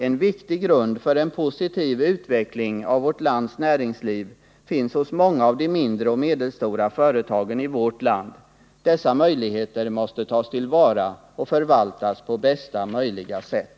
En viktig grund för en positiv utveckling av vårt lands näringsliv finns hos många av de mindre och medelstora företagen i vårt land. Dessa möjligheter måste tas till vara och förvaltas på bästa möjliga sätt.